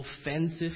offensive